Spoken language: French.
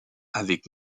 avec